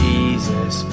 Jesus